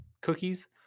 cookies